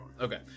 Okay